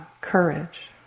courage